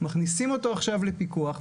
מכניסים אותו עכשיו לפיקוח,